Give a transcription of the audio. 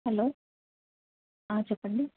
hello చెప్పండి